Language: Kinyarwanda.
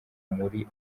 muri